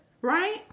right